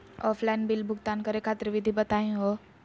Offline bill भुगतान करे खातिर विधि बताही हो?